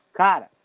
cara